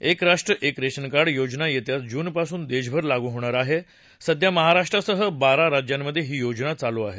एक राष्ट्र एक रेशनकार्ड योजना येत्या जूनपासून देशभर लागू होणार आहे सध्या महाराष्ट्रासह बारा राज्यांमधे ही योजना चालू आहे